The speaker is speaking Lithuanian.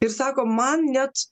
ir sako man net